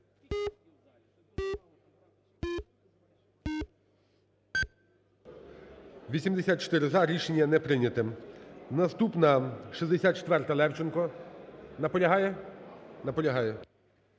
За-84 Рішення не прийнято. Наступна, 64-а, Левченко. Наполягає? Наполягає.